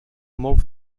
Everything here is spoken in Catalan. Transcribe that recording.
molt